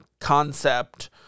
concept